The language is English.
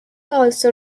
also